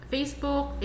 Facebook